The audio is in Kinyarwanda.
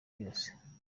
yose